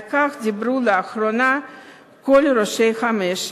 על כך דיברו לאחרונה כל ראשי המשק.